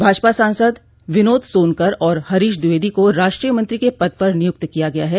भाजपा सांसद विनोद सोनकर और हरीश द्विवेदी को राष्ट्रीय मंत्री के पद पर नियुक्त किया गया है